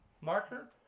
Marker